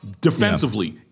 defensively